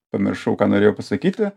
pamiršau ką norėjau pasakyti